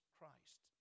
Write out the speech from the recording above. Christ